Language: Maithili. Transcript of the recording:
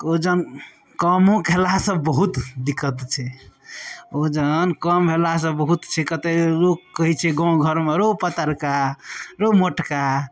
वजन कमो कयलासँ बहुत दिक्कत छै वजन कम भेलासँ बहुत छै कते लोक कहय छै गाँव घरमे रौ पतरका रौ मोटका